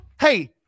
Hey